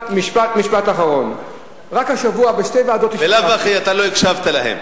תן לו, תן לו עוד דקה.